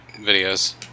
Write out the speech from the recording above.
videos